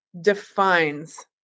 defines